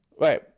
Right